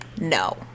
no